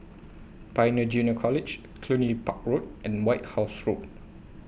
Pioneer Junior College Cluny Park Road and White House Road